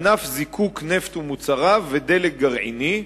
ענף זיקוק נפט ומוצריו ודלק גרעיני,